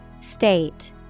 State